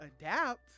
adapt